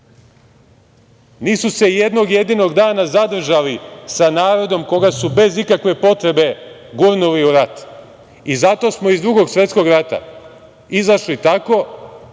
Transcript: se jednog jedinog dana zadržali sa narodom koga su bez ikakve potrebe gurnuli u rat. Zato smo iz Drugog svetskog rata izašli tako